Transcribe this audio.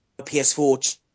PS4